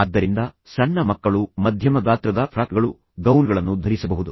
ಆದ್ದರಿಂದ ಸಣ್ಣ ಮಕ್ಕಳು ಮಧ್ಯಮ ಗಾತ್ರದ ಫ್ರಾಕ್ಗಳು ಗೌನ್ಗಳನ್ನು ಧರಿಸಬಹುದು